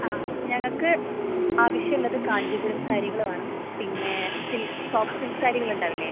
ആ ഞങ്ങള്ക്ക് ആവശ്യുള്ളത് കാഞ്ചീപുരം സാരികള് വേണം പിന്നെ സോഫ്റ്റ് സിൽക്ക് സാരികളുണ്ടാവില്ലേ